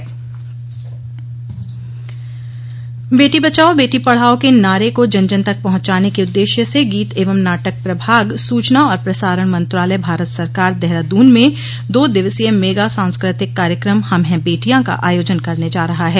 सांस्कृतिक कार्यक्रम बेटी बचाओ बेटी पढ़ाओ के नारे को जन जन तक पहुंचाने के उद्देश्य से गीत एवं नाटक प्रभाग सूचना और प्रसारण मंत्रालय भारत सरकार देहरादून में दो दिवसीय मेगा सांस्कृतिक कार्यक्रम हम हैं बेटियां का आयोजन करने जा रहा है